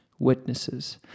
witnesses